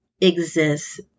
exists